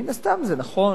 מן הסתם זה נכון,